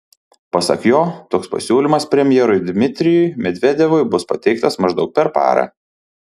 pasak jo toks pasiūlymas premjerui dmitrijui medvedevui bus pateiktas maždaug per parą